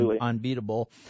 unbeatable